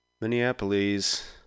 Minneapolis